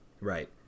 Right